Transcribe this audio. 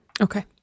Okay